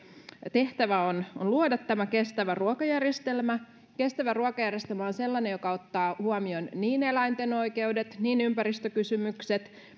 tehtävä on on luoda tämä kestävä ruokajärjestelmä kestävä ruokajärjestelmä on sellainen joka ottaa huomioon niin eläinten oikeudet niin ympäristökysymykset